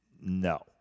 No